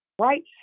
right